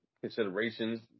Considerations